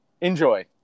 Enjoy